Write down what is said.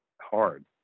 hard